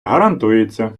гарантується